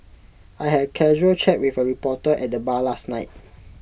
I had casual chat with A reporter at the bar last night